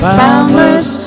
boundless